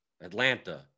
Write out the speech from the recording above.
Atlanta